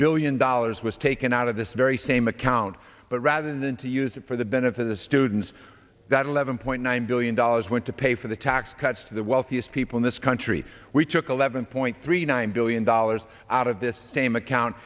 billion dollars was taken out of this very same account but rather than to use it for the benefit of the students that eleven point nine billion dollars went to pay for the tax cuts to the wealthiest people in this country we took eleven point three nine billion dollars out of this same account